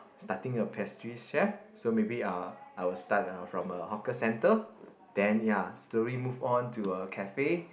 starting a pastry chef so maybe I'll I will start from a hawker centre then ya slowly move on to a cafe